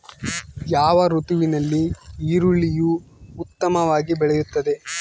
ಯಾವ ಋತುವಿನಲ್ಲಿ ಈರುಳ್ಳಿಯು ಉತ್ತಮವಾಗಿ ಬೆಳೆಯುತ್ತದೆ?